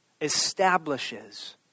establishes